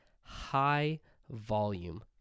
high-volume